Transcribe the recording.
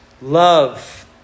love